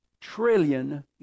trillion